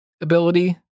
ability